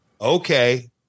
Okay